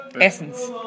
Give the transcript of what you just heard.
essence